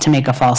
to make a false